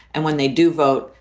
and when they do vote,